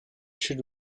should